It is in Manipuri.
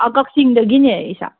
ꯀꯛꯆꯤꯡꯗꯒꯤꯅꯦ ꯏꯁꯥ